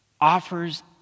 offers